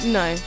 no